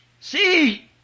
See